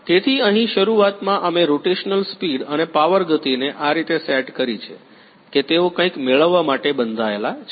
તેથી અહીં શરૂઆતમાં અમે રોટેશનલ સ્પીડ અને પાવર ગતિને આ રીતે સેટ કરી છે કે તેઓ કંઇક મેળવવા માટે બંધાયેલા છે